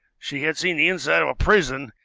she had seen the inside of a prison,